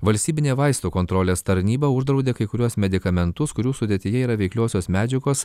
valstybinė vaistų kontrolės tarnyba uždraudė kai kuriuos medikamentus kurių sudėtyje yra veikliosios medžiagos